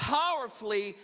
powerfully